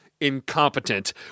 incompetent